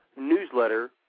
newsletter